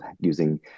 using